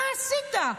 מה עשית?